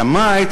אלא מאי,